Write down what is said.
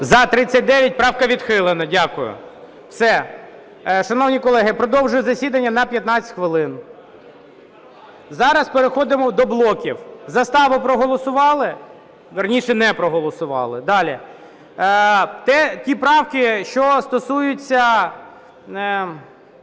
За-39 Правку відхилено. Дякую. Шановні колеги, продовжую засідання на 15 хвилин. Зараз переходимо до блоків. Заставу проголосували. Вірніше, не проголосували. Далі. Ті правки, що стосуються,